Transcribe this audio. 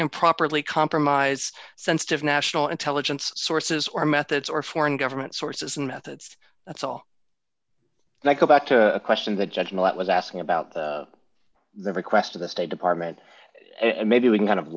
improperly compromise sensitive national intelligence sources or methods or foreign government sources and methods that's all and i come back to a question that judge millette was asking about the request of the state department and maybe we can kind of